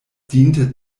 diente